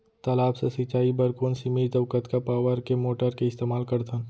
तालाब से सिंचाई बर कोन सीमित अऊ कतका पावर के मोटर के इस्तेमाल करथन?